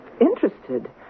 interested